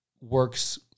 works